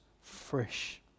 fresh